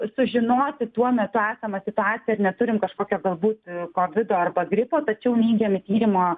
sužinoti tuo metu esamą situaciją ar neturim kažkokio galbūt kovido arba gripo tačiau neigiami tyrimo